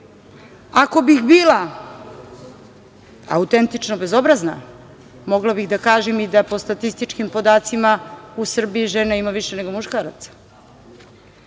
Ako bih bila autentično bezobrazna, mogla bih da kažem da po statističkim podacima u Srbiji žena ima više nego muškaraca,